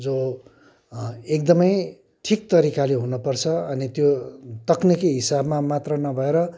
जो एकदमै ठिक तरिकाले हुनुपर्छ अनि त्यो तक्निकी हिसाबमा मात्र नभएर